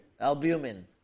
Albumin